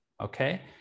okay